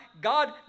God